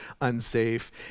unsafe